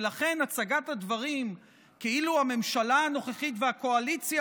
ולכן הצגת הדברים כאילו הממשלה הנוכחית והקואליציה